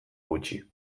gutxi